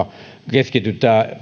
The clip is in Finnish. keskitytään